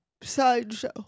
sideshow